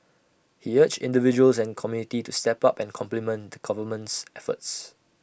he urged individuals and community to step up and complement the government's efforts